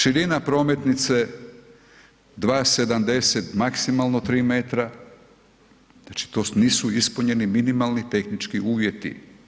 Širina prometnica 2,70, maksimalno 3 metra, znači tu nisu ispunjeni minimalni tehnički uvjeti.